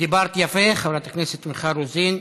דיברת יפה, חברת הכנסת מיכל רוזין.